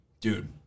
dude